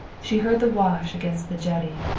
she heard the wash against the jetty,